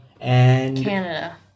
Canada